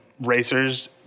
Racers